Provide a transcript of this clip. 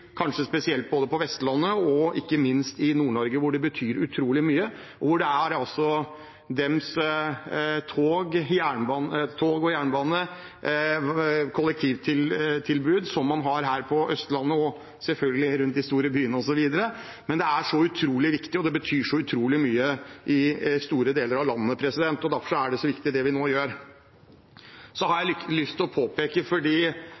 kanskje spesielt på Vestlandet og – ikke minst – i Nord-Norge, hvor det betyr utrolig mye. Det blir som deres tog og jernbane og kollektivtilbud, sånn som man har her på Østlandet og selvfølgelig rundt de store byene osv. Men det er så utrolig viktig, og det betyr så utrolig mye i store deler av landet. Derfor er det så viktig, det vi nå gjør. Så har